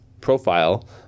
profile